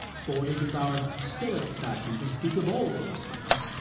for it is our stoic fashion to speak of all those things,